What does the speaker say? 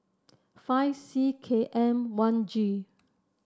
five C K M one G